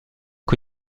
que